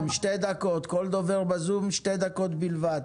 דובר בזום, שתי דקות בלבד.